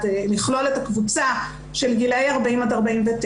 לכלול את הקבוצה של גילאי 40 עד 49,